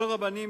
כל הרבנים,